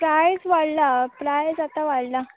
prize वाडला price आतां वाडला